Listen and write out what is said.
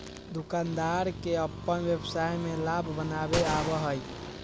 दुकानदार के अपन व्यवसाय में लाभ बनावे आवा हई